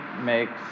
makes